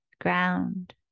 ground